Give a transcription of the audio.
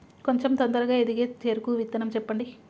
కొంచం తొందరగా ఎదిగే చెరుకు విత్తనం చెప్పండి?